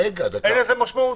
אין לזה משמעות?